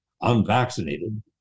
unvaccinated